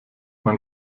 man